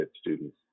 students